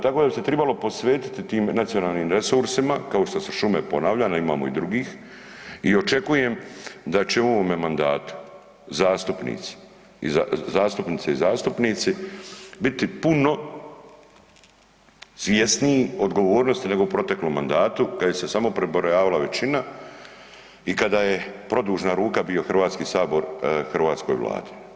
Tako da bi se trebalo posvetiti tim nacionalnim resursima kao što su šume, ponavljam a imamo i drugih i očekujem da će u ovome mandatu zastupnice i zastupnici biti puno svjesniji odgovornosti nego u proteklom mandatu kada se samo prebrojavala većina i kada je produžena ruka bio Hrvatski sabor hrvatskoj Vladi.